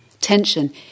Tension